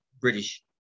British